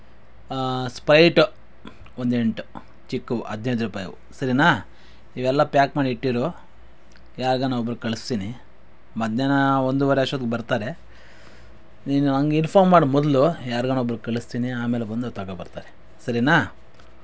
spite ಒಂದೆಂಟು ಚಿಕ್ಕವು ಹದಿನೈದು ರೂಪಾಯಿಯವು ಸರಿನಾ ಇವೆಲ್ಲ ಪ್ಯಾಕ್ ಮಾಡಿಟ್ಟಿರು ಯಾರ್ಗಾನ ಒಬ್ಬರಿಗೆ ಕಳ್ಸ್ತೀನಿ ಮಧ್ಯಾಹ್ನ ಒಂದುವರೆ ಅಷ್ಟೊತ್ತಿಗೆ ಬರ್ತಾರೆ ನೀನು ನನಗೆ ಇನ್ಫಾರ್ಮ್ ಮಾಡು ಮೊದಲು ಯಾರ್ಗಾನ ಒಬ್ಬರಿಗೆ ಕಳ್ಸ್ತೀನಿ ಆಮೇಲೆ ಬಂದು ತಗಬರ್ತಾರೆ ಸರಿನಾ